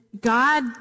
God